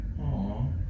Aww